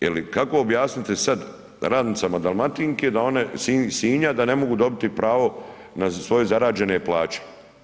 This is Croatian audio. Je li kako objasniti sad radnicama Dalmatinke da one, iz Sinja, da ne mogu dobiti pravo na svoje zarađene plaće?